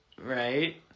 right